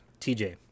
tj